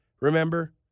Remember